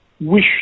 wish